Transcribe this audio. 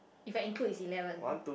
if I include is eleven